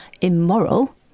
immoral